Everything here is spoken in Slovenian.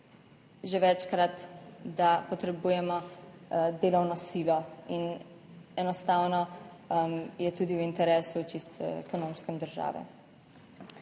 že večkrat, da potrebujemo delovno silo in enostavno je tudi v interesu čisto ekonomske države.